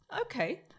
Okay